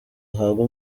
ahabwe